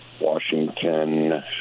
Washington